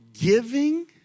giving